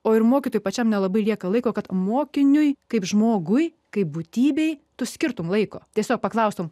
o ir mokytojui pačiam nelabai lieka laiko kad mokiniui kaip žmogui kaip būtybei tu skirtumei laiko tiesiog paklaustumei